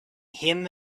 him